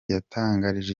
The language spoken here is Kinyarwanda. yatangarije